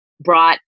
brought